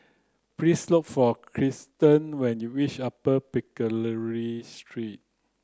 please look for Krysten when you reach Upper Pickering Street